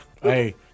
Hey